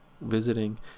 visiting